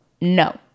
No